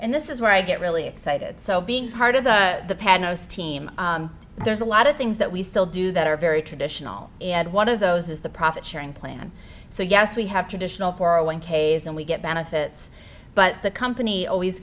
and this is where i get really excited so being part of the panel is team there's a lot of things that we still do that are very traditional and one of those is the profit sharing plan so yes we have traditional for a one k s and we get benefits but the company always